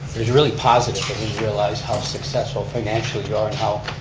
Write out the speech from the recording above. it's really positive, and we realize how successful financially you are and how